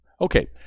Okay